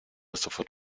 sofort